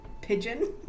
pigeon